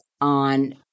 on